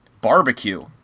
barbecue